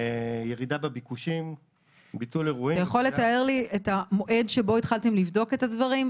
רואים ירידה בביקושים --- מה המועד שבו התחלתם לבדוק את הדברים,